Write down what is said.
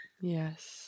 Yes